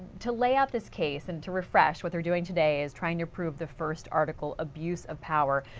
to layout this case and to refresh what they're doing today is trying to prove the first article, abuse of power.